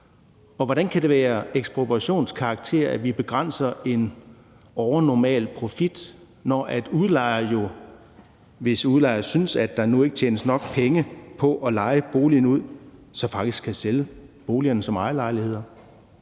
Og hvordan kan det have ekspropriationskarakter, at vi begrænser en overnormal profit, når udlejer jo, hvis udlejer synes, at der ikke tjenes nok penge på at leje boligerne ud, så faktisk kan sælge boligerne som ejerlejligheder?